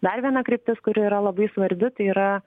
dar viena kryptis kuri yra labai svarbi tai yra